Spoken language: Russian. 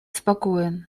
спокоен